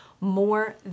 more